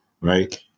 right